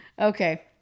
okay